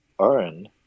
earn